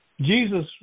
Jesus